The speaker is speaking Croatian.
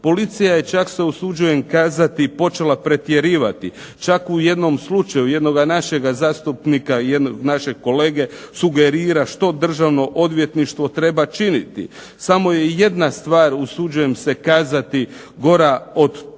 Policija je, čak se usuđujem kazati, počela pretjerivati. Čak u jednom slučaju jednoga našega zastupnika, našeg kolege, sugerira što Državno odvjetništvo treba činiti. Samo je jedna stvar, usuđujem se kazati, gora od toga